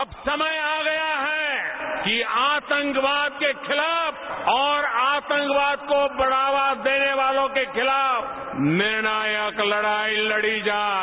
अब समय आ गया है कि आतंकवाद के खिलाफ और आतंकवाद को बढ़ावा देने वालों के खिलाफ निर्णायक लड़ाई लड़ी जाय